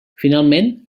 finalment